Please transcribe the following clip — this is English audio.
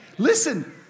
Listen